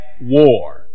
war